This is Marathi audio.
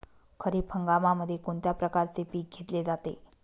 खरीप हंगामामध्ये कोणत्या प्रकारचे पीक घेतले जाते?